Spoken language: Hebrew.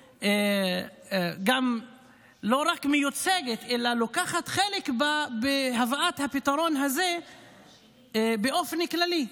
שהיא לא רק מיוצגת אלא לוקחת חלק בהבאת הפתרון הזה באופן כללי.